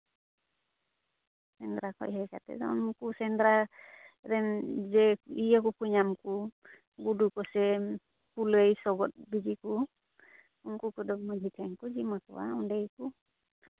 ᱥᱮᱸᱫᱽᱨᱟ ᱠᱷᱚᱱ ᱦᱮᱡ ᱠᱟᱛᱮᱫ ᱫᱚ ᱩᱱᱠᱩ ᱥᱮᱸᱫᱽᱨᱟ ᱨᱮᱱ ᱡᱮ ᱤᱭᱟᱹ ᱠᱚᱠᱚ ᱧᱟᱢ ᱠᱚ ᱜᱩᱰᱩ ᱠᱚ ᱥᱮ ᱠᱩᱞᱟᱹᱭ ᱥᱚᱜᱚᱫ ᱵᱤᱡᱤ ᱠᱚ ᱩᱱᱠᱩ ᱠᱚᱫᱚ ᱢᱟᱹᱡᱷᱤ ᱴᱷᱮᱱ ᱠᱚ ᱡᱤᱢᱢᱟᱹ ᱠᱚᱣᱟ ᱚᱸᱰᱮ ᱜᱮᱠᱚ